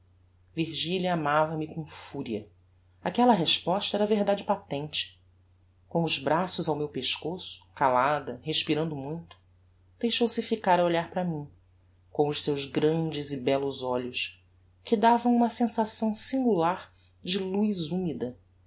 pescoço virgilia amava-me com furia aquella resposta era a verdade patente com os braços ao meu pescoço calada respirando muito deixou-se ficar a olhar para mim com os seus grandes e bellos olhos que davam uma sensação singular de luz humida